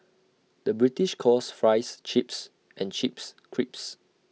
the British calls Fries Chips and Chips Crisps